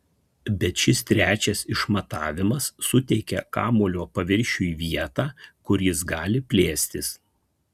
bet šis trečias išmatavimas suteikia kamuolio paviršiui vietą kur jis gali plėstis